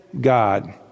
God